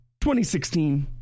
2016